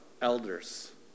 elders